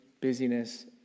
busyness